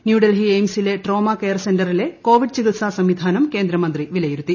ന്യൂഡൽഹി എയിംസിലെ trauma care സെന്ററിലെ covid ചികിത്സാ സംവിധാനം കേന്ദ്രമന്ത്രി വിലയിരുത്തി